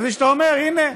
חשבתי שאתה אומר: הינה,